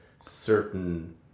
certain